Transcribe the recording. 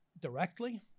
directly